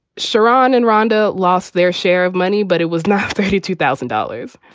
sharon and rhonda lost their share of money, but it was now thirty two thousand dollars.